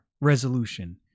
resolution